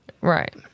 Right